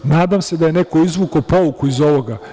Nadam se da je neko izvukao pouku iz ovoga.